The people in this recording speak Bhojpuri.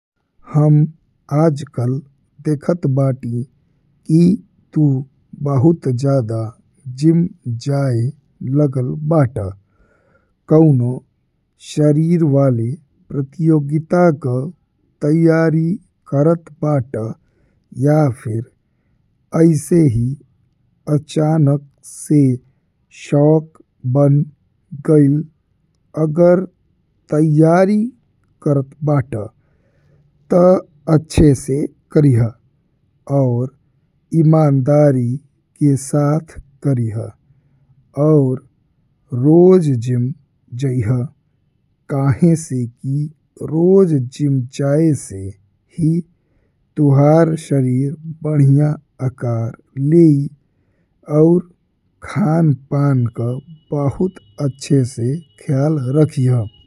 हम आजकल देखत बाटी कि तू बहुत जादे जिम जाए लागल बाड़ा। कउनो शरीर वाले प्रतियोगिता का तैयारी करत बाड़ा या फिर असे ही अचानक से शौक बन गइल। अगर तैयारी करात बा ता अच्छा से करिह और इमानदारी के साथ करिह और रोज जिम जा काहे से कि रोज जिम जाए से ही तोहार शरीर बढ़िया आकार लेई। और खान पान का बहुत अच्छा से ख्याल रखिह।